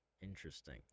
Interesting